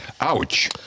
Ouch